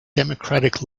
democratic